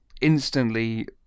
instantly